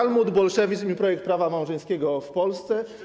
Talmud, bolszewizm i projekt prawa małżeńskiego w Polsce”